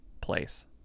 place